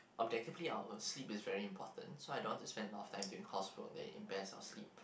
objectively our sleep is very important so I don't want to spend a lot of time doing housework that impairs our sleep